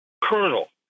colonel